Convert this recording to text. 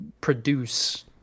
Produce